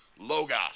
Logos